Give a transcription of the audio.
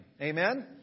Amen